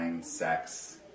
sex